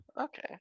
Okay